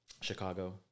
Chicago